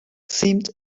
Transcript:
seemed